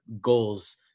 goals